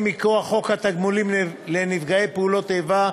מכוח חוק התגמולים לנפגעי פעולות איבה,